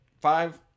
Five